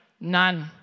None